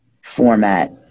format